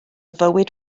fywyd